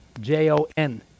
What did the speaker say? J-O-N